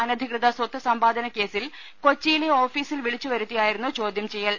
അനധികൃത സ്വത്ത് സമ്പാദന കേസിൽ കൊച്ചിയിലെ ഓഫീസിൽ വിളിച്ചു വരുത്തിയായിരുന്നു ചോദ്യം ചെയ്യൽ